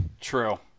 True